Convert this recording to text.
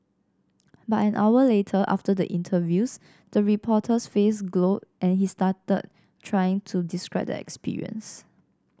but an hour later after the interviews the reporter's face glowed and he stuttered trying to describe the experience